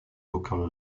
local